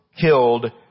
killed